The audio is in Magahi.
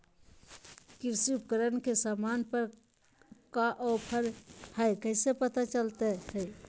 कृषि उपकरण के सामान पर का ऑफर हाय कैसे पता चलता हय?